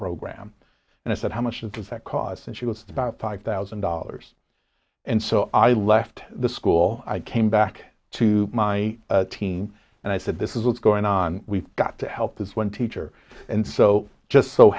program and i said how much does that cost and she was about five thousand dollars and so i left the school i came back to my team and i said this is what's going on we've got to help this one teacher and so just so